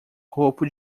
copo